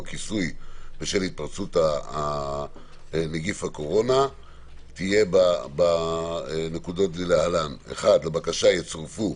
כיסוי בשל התפרצות נגיף הקורונה תהיה בנקודות כלהלן: 1. לבקשה יצורפו